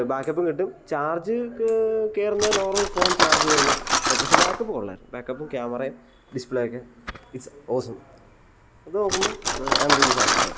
ബാക്കപ്പും കിട്ടും ചാർജ് കേ കേറുന്നത് നോർമൽ ഫോൺ ചാർജ് കേറുന്ന പക്ഷേ ബാക്കപ്പ് കൊള്ളാമായിരുന്നു ബാക്കപ്പും ക്യാമറയും ഡിസ്പ്ലെ ഒക്കെ ഇറ്റ്സ് ഓസം അത് നോക്കുമ്പം അയ് ആം റിയലി സാറ്റിസ്ഫൈഡ്